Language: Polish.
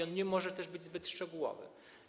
On nie może być zbyt szczegółowy.